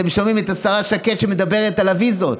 אתם שומעים את השרה שקד מדברת על הוויזות.